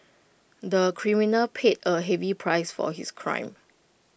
the criminal paid A heavy price for his crime